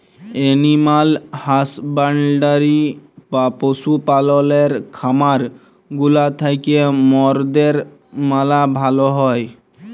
animal husbandry বা পশু পাললের খামার গুলা থ্যাকে মরদের ম্যালা ভাল হ্যয়